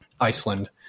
iceland